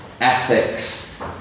ethics